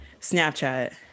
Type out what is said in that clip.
Snapchat